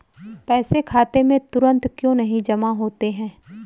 पैसे खाते में तुरंत क्यो नहीं जमा होते हैं?